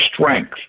strength